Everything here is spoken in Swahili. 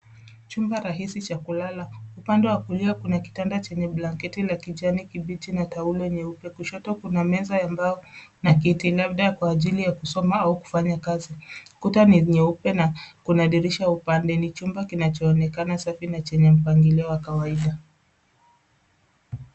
Chumba rahisi cha kulala. Upande wa kulia kuna kitanda chenye blanketi la kijani kibichi na taulo nyeupe, kushoto kuna meza ya mbao na kiti labda kwa ajili ya kusoma au kufanya kazi. Kuta ni nyeupe na kuna dirisha upandeni, chumba kinachoonekana safi na chenye mpangilio wa kawaida.